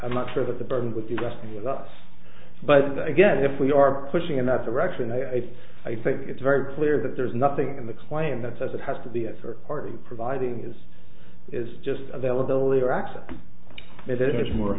i'm not sure that the burden with the testing results but again if we are pushing in that direction a i think it's very clear that there's nothing in the claim that says it has to be a third party providing is is just availability or access it is mor